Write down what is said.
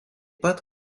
pat